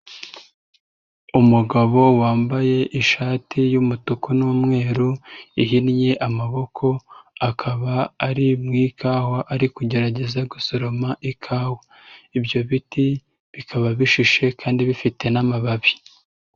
Umugabo wambaye ishati y'umutuku n'umweru ihinnye amaboko, akaba ari mu ikawa ari kugerageza gusoroma ikawa. Ibyo biti, bikaba bishishe kandi bifite n'amababi.